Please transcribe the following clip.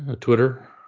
Twitter